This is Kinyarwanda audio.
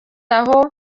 aho